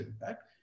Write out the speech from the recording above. impact